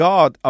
God